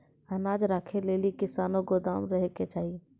अनाज राखै लेली कैसनौ गोदाम रहै के चाही?